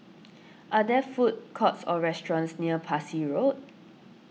are there food courts or restaurants near Parsi Road